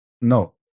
No